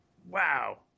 wow